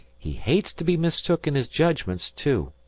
he hates to be mistook in his jedgments too.